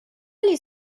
agli